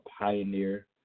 pioneer